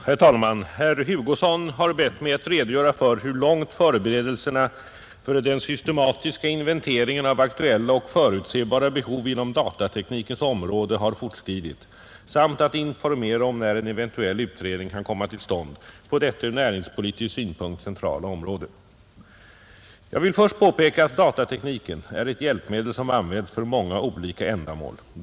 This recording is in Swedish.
Herr talman! Herr Hugosson har bett mig att redogöra för hur långt förberedelserna för den systematiska inventeringen av aktuella och förutsebara behov inom datateknikens område har fortskridit samt att informera om när en eventuell utredning kan komma till stånd på detta ur näringspolitisk synpunkt centrala område. Jag vill först påpeka att datatekniken är ett hjälpmedel, som används för många olika ändamål.